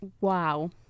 wow